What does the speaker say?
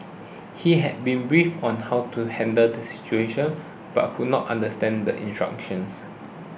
he had been briefed on how to handle the situation but could not understand the instructions